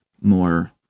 more